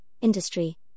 industry